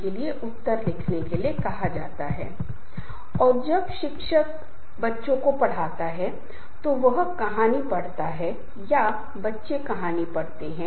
इसलिए जैसा कि मैंने पहले उल्लेख किया था कि कुछ समूह जो बहुत महत्वपूर्ण हैं वे औपचारिक समूह की श्रेणी में आते हैं